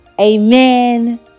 Amen